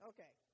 Okay